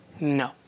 No